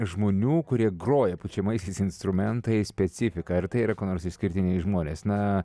žmonių kurie groja pučiamaisiais instrumentais specifika ir tai yra kuo nors išskirtiniai žmonės na